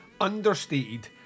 understated